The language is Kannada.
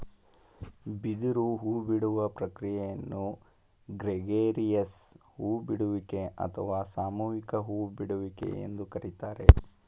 ಬಿದಿರು ಹೂಬಿಡುವ ಪ್ರಕ್ರಿಯೆಯನ್ನು ಗ್ರೆಗೇರಿಯಸ್ ಹೂ ಬಿಡುವಿಕೆ ಅಥವಾ ಸಾಮೂಹಿಕ ಹೂ ಬಿಡುವಿಕೆ ಎಂದು ಕರಿತಾರೆ